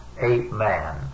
ape-man